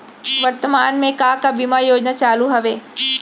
वर्तमान में का का बीमा योजना चालू हवये